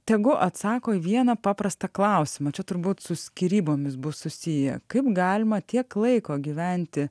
tegu atsako į vieną paprastą klausimą čia turbūt su skyrybomis bus susiję kaip galima tiek laiko gyventi